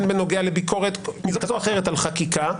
בנוגע לביקורת כזו או אחרת על חקיקה,